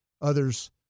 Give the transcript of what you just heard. others